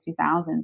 2000s